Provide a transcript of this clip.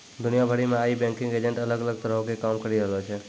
दुनिया भरि मे आइ बैंकिंग एजेंट अलग अलग तरहो के काम करि रहलो छै